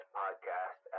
podcast